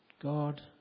God